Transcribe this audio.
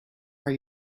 are